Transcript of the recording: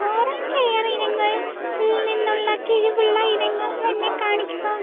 oral care ഇനങ്ങളിൽ നിന്നുള്ള കിഴിവുള്ള ഇനങ്ങൾ എന്നെ കാണിക്കുക